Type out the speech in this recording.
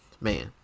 Man